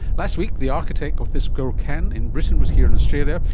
last week the architect of this girl can in britain was here in australia,